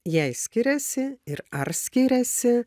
jei skiriasi ir ar skiriasi